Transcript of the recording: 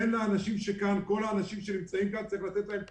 כל האנשים שנמצאים כאן, צריך לתת להם תקווה.